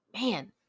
Man